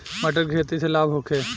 मटर के खेती से लाभ होखे?